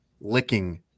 licking